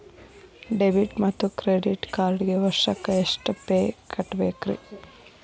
Debit ಮತ್ತು credit ಕಾರ್ಡ್ಗೆ ವರ್ಷಕ್ಕ ಎಷ್ಟ ಫೇ ಕಟ್ಟಬೇಕ್ರಿ?